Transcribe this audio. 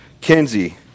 Kenzie